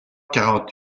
quarante